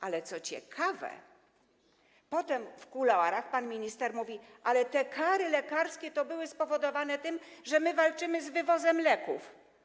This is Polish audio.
Ale co ciekawe, potem w kuluarach pan minister mówił: ale te kary lekarskie to były spowodowane tym, że my walczymy z wywozem leków.